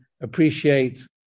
appreciate